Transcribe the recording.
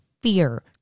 fear